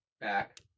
back